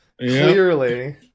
Clearly